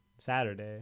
saturday